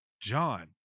John